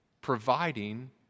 providing